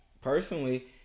personally